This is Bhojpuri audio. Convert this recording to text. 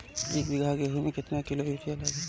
एक बीगहा गेहूं में केतना किलो युरिया लागी?